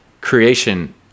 creation